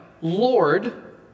Lord